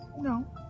No